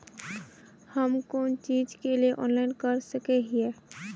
हम कोन चीज के लिए ऑनलाइन कर सके हिये?